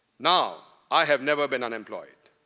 now, i have never been unemployed,